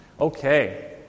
Okay